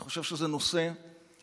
אני חושב שזה נושא שצריך,